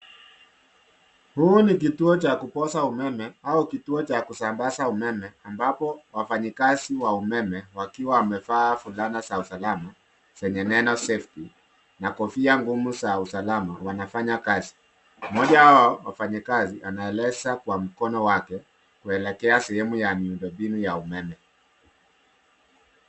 Huu ni kituo cha kupoza umeme au kituo cha kusambaza umeme ambapo wafanyakazi wa umeme wakiwa wamevaa vifaa vya usalama zenye neno safety na kofia ngumu za usalama wanafanya kazi. Mmoja wa hao wafanyakazi anaeleza kwa mkono wake kuelekea sehemu ya miundombinu ya umeme.